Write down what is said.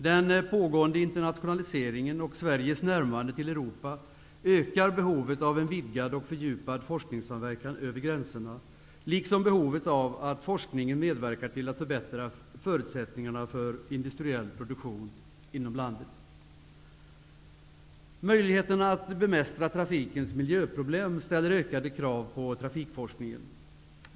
Den pågående internationaliseringen och Sveriges närmande till Europa ökar behovet av en vidgad och fördjupad forskningssamverkan över gränserna, liksom behovet av att forskningen medverkar till att förbättra förutsättningarna för industriell produktion inom landet. Möjligheterna att bemästra trafikens miljöproblem ställer ökade krav på trafikforskningen.